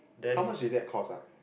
how much did that cost ah